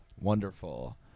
wonderful